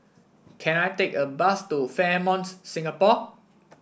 can I take a bus to Fairmonts Singapore